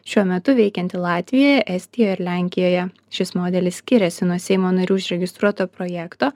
šiuo metu veikiantį latvijoje estijoje ir lenkijoje šis modelis skiriasi nuo seimo narių užregistruoto projekto